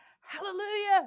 Hallelujah